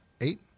Eight